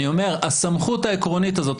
אני אומר שהסמכות העקרונית הזאת,